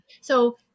So-